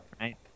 Right